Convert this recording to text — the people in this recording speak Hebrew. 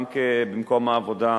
גם במקום העבודה,